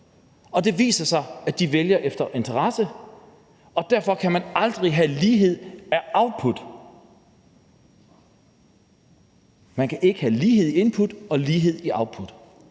og det viser sig, at de vælger efter interesse, og derfor kan man aldrig have lighed i output. Man kan ikke have lighed i input og lighed i output.